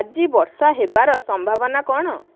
ଆଜି ବର୍ଷା ହେବାର ସମ୍ଭାବନା କ'ଣ